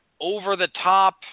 over-the-top